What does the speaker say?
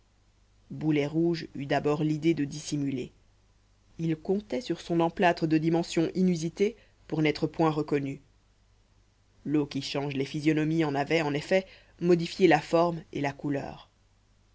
rouge eut d'abord l'idée de dissimuler il comptait sur son emplâtre de dimension inusitée pour n'être point reconnu leauqui change les physionomies en avait en effet modifié la forme et la couleur